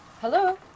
Hello